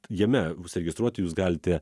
jame užsiregistruoti jūs galite